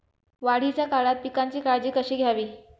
वाढीच्या काळात पिकांची काळजी कशी घ्यावी?